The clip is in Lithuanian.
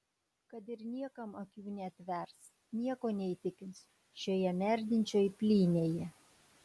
kad ir niekam akių neatvers nieko neįtikins šioje merdinčioj plynėje